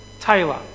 Taylor